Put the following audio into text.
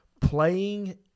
playing